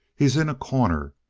he's in a corner.